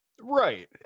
Right